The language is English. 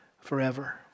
forever